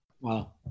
Wow